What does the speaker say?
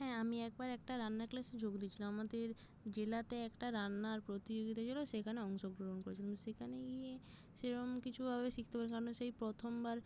হ্যাঁ আমি একবার একটা রান্নার ক্লাসে যোগ দিয়েছিলাম আমাদের জেলাতে একটা রান্নার প্রতিযোগিতা ছিল সেখানে অংশগ্রহণ করেছিলাম সেখানে গিয়ে সেরম কিছু ভাবে শিখতে পারিনি কেননা সেই প্রথম বার